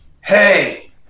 hey